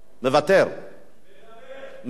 מדבר.